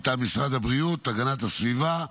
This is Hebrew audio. מטעם משרד הבריאות, הגנת הסביבה,